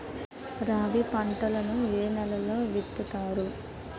రబీ పంటలను ఏ నెలలో విత్తుతారు?